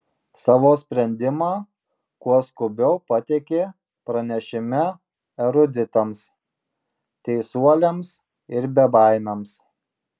savo sprendimą kuo skubiau pateikė pranešime eruditams teisuoliams ir bebaimiams